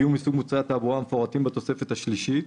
יהיו מסוג מוצרי התעבורה המפורטים בתוספת השלישית".